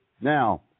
Now